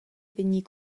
vegnir